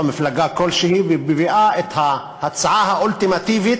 מפלגה כלשהי ומביאה את ההצעה האולטימטיבית,